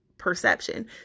perception